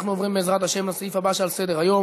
אנחנו עוברים, בעזרת השם, לסעיף הבא שעל סדר-היום: